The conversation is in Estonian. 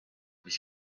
mis